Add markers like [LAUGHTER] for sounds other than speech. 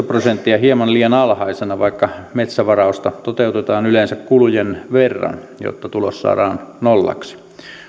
[UNINTELLIGIBLE] prosenttia hieman liian alhaisena vaikka metsävarausta toteutetaan yleensä kulujen verran jotta tulos saadaan nollaksi